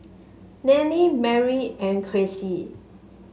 Nannie Mary and Cressie